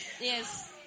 Yes